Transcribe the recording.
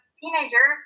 teenager